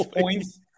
points